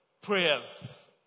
prayers